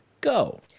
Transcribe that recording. go